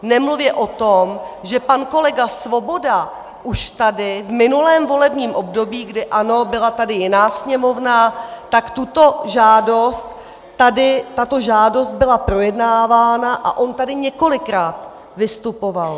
Nemluvě o tom, že pan kolega Svoboda už tady v minulém volebním období, ano, byla tady jiná Sněmovna, tak tato žádost tady byla projednávána a on tady několikrát vystupoval.